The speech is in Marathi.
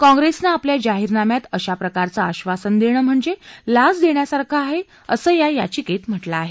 काँप्रेसनं आपल्या जाहीरनाम्यात अशाप्रकरचं आश्वासन देणं म्हणजे लाच देण्यासारखं आहे असं या याचिकेत म्हटलं आहे